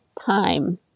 time